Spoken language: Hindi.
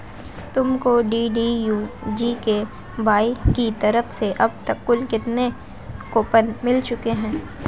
तुमको डी.डी.यू जी.के.वाई की तरफ से अब तक कुल कितने कूपन मिल चुके हैं?